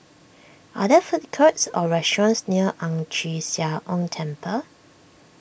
are there food courts or restaurants near Ang Chee Sia Ong Temple